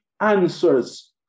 answers